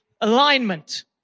alignment